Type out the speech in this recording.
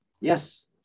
Yes